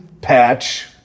Patch